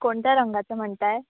कोणत्या रंगाचं म्हणताय